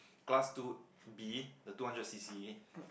class two B the two hundred C_C